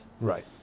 Right